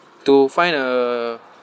to find a